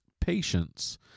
patience